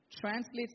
translates